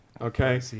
Okay